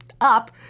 up